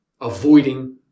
avoiding